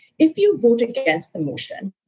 if you vote against the motion,